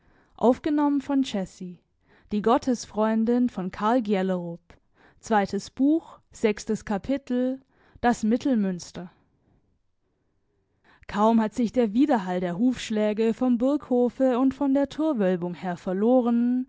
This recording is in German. sechstes kapitel kaum hat sich der widerhall der hufschläge vom burghofe und von der torwölbung her